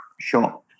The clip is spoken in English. sure